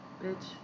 bitch